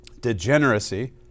degeneracy